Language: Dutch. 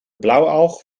blauwalg